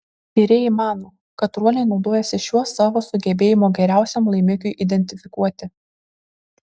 tyrėjai mano kad ruoniai naudojasi šiuo savo sugebėjimu geriausiam laimikiui identifikuoti